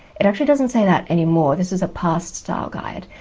it actually doesn't say that anymore this is a past style guide,